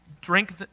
drink